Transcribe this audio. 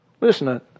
Listen